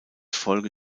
folge